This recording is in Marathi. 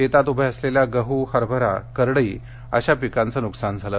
शेतात उभ्या असलेल्या गडु हरबरा करडई अशा पिकांचं नुकसान झालं